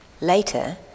Later